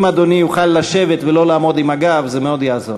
אם אדוני יוכל לשבת ולא להפנות את הגב זה מאוד יעזור.